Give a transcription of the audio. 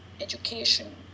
education